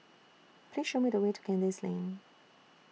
Please Show Me The Way to Kandis Lane